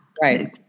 Right